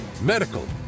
medical